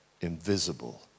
invisible